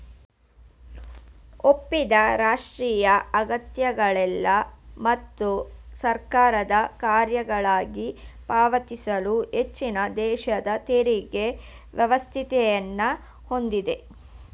ಒಪ್ಪಿದ ರಾಷ್ಟ್ರೀಯ ಅಗತ್ಯಗಳ್ಗೆ ಮತ್ತು ಸರ್ಕಾರದ ಕಾರ್ಯಗಳ್ಗಾಗಿ ಪಾವತಿಸಲು ಹೆಚ್ಚಿನದೇಶದ ತೆರಿಗೆ ವ್ಯವಸ್ಥೆಯನ್ನ ಹೊಂದಿದೆ